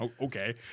Okay